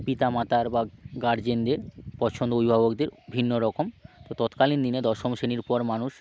পিতামাতার বা গার্জিয়েনদের পছন্দ অভিভাবকদের ভিন্ন রকম তো তৎকালীন দিনে দশম শেণির পর মানুষ